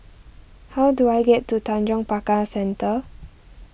how do I get to Tanjong Pagar Centre